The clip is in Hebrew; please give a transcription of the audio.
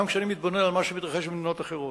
גם כשאני מתבונן על מה שמתרחש במדינות אחרות.